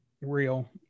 real